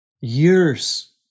Years